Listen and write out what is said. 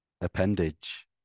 appendage